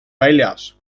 väljas